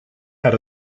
had